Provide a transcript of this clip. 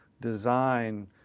design